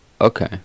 Okay